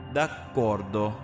D'accordo